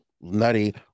nutty